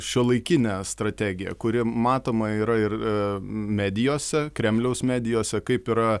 šiuolaikinę strategiją kuri matoma yra ir medijose kremliaus medijose kaip yra